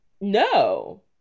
No